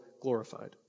glorified